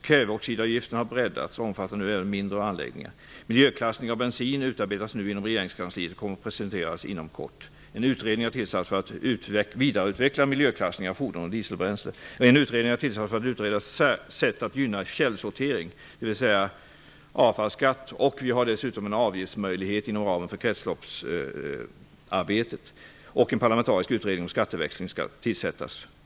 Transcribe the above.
Kväveoxidavgifterna har breddats och omfattar nu även mindre anläggningar. Det utarbetas nu ett förslag inom regeringskansliet till miljöklassning av bensin och kommer att presenteras inom kort. En utredning har tillsatts för att vidareutveckla miljöklassning av fordon som använder dieselbränsle. En utredning har tillsatts för att utreda sätt att gynna källsortering, dvs. avfallsskatt. Vi har dessutom en avgiftsmöjlighet inom ramen för kretsloppsarbetet. En parlamentarisk utredning om skatteväxling skall tillsättas.